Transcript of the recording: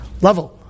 level